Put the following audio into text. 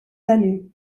banu